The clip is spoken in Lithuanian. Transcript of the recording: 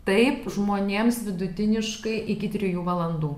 taip žmonėms vidutiniškai iki trijų valandų